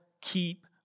keep